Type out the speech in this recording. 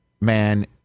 man